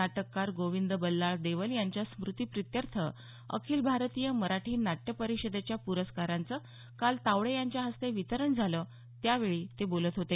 नाटककार गोविंद बल्लाळ देवल यांच्या स्मुतीप्रित्यर्थ अखिल भारतीय मराठी नाट्य परिषदेच्या प्रस्कारांचं काल तावडे यांच्या हस्ते वितरण झालं त्यावेळी ते बोलत होते